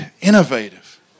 innovative